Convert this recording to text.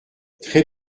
très